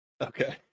Okay